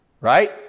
right